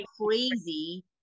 crazy